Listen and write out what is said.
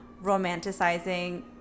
romanticizing